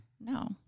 No